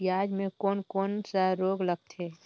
पियाज मे कोन कोन सा रोग लगथे?